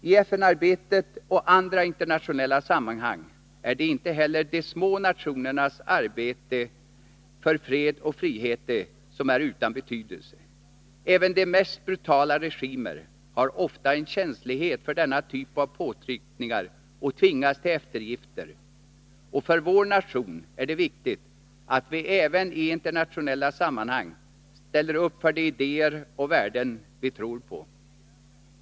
I FN-arbetet och i andra internationella sammanhang är inte heller de små nationernas arbete för fred och rättvisa utan betydelse. Även de mest brutala regimer har ofta en känslighet för denna typ av påtryckningar och tvingas till eftergifter. För vår nation är det riktigt att vi även i internationella sammanhang ställer upp för de idéer och värden vi tror på.